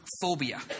phobia